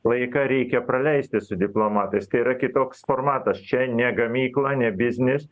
laiką reikia praleisti su diplomatais tai yra kitoks formatas čia ne gamykla ne biznis